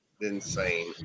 insane